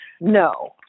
no